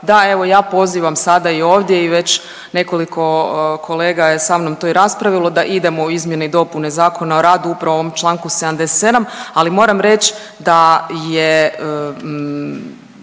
da evo ja pozivam sada i ovdje i već nekoliko kolega je to sa mnom i raspravilo da idemo u izmjene i dopune Zakona o radu upravo u ovom članku 77. Ali moram reći da je